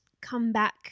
comeback